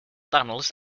tunnels